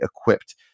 equipped